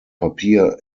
papier